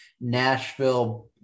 Nashville